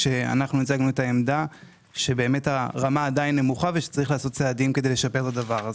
כשייצגנו את העמדה שהרמה עדיין נמוכה ויש לעשות צעדים כדי לשפר את זה.